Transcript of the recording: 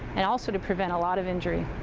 and also to prevent a lot of injury.